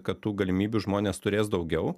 kad tų galimybių žmonės turės daugiau